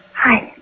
hi.